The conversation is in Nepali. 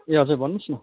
ए हजुर भन्नुहोस् न